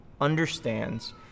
understands